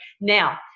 now